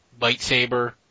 lightsaber